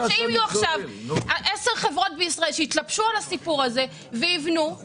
אם יהיו עכשיו עשר חברות בישראל שיתלבשו על הסיפור הזה ויבנו,